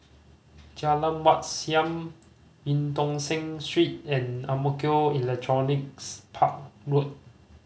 Jalan Wat Siam Eu Tong Sen Street and Ang Mo Kio Electronics Park Road